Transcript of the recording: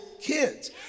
kids